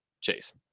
chase